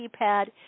keypad